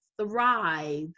thrive